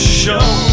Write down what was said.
show